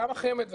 גם החמ"ד,